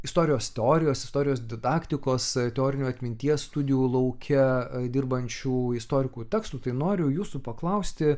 istorijos teorijos istorijos didaktikos teorinių atminties studijų lauke dirbančių istorikų tekstų tai noriu jūsų paklausti